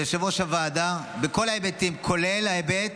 של יושב-ראש הוועדה בכל ההיבטים, כולל ההיבט